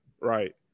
Right